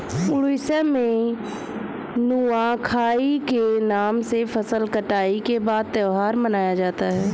उड़ीसा में नुआखाई के नाम से फसल कटाई के बाद त्योहार मनाया जाता है